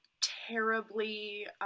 terribly